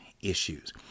issues